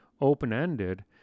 open-ended